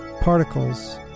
particles